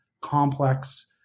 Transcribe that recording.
complex